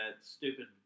stupid